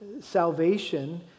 salvation